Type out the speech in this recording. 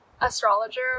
astrologer